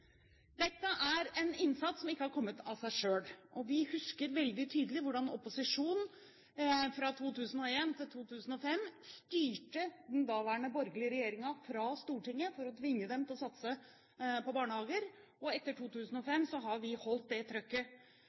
Dette er en innsats som ikke er kommet av seg selv. Vi husker veldig tydelig hvordan opposisjonen fra 2001 til 2005 styrte den daværende borgerlige regjeringen fra Stortinget for å tvinge den til å satse på barnehager. Etter 2005 har vi holdt det trykket